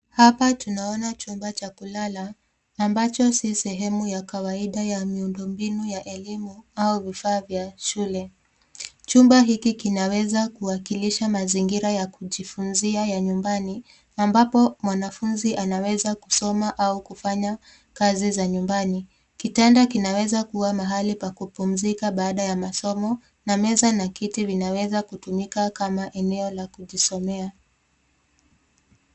Hapa tunaona chumba cha kulala ambacho si sehemu ya kawaida ya miundombinu ya elimu au vifaa vya shule. Chumba hiki kinaweza kuwakilisha mazingira ya kujifunzia ya nyumbani ambapo mwanafunzi anaweza kusoma au kufanya kazi za nyumbani. Kitanda kinaweza mahali pa kupumzika baada ya masomo na meza na kiti vinaweza kutumika kama eneo la kujisomea.